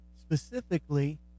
specifically